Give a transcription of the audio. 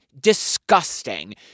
disgusting